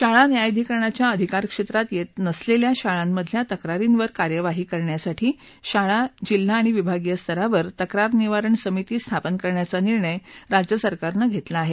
शाळा न्यायाधिकरणाच्या अधिकार क्षेत्रात येत नसलेल्या शाळांमधल्या तक्रारींवर कार्यवाही करण्यासाठी शाळा जिल्हा आणि विभागीय स्तरावर तक्रार निवारण समिती स्थापन करण्याचा निर्णय राज्य सरकारनं घेतला आहे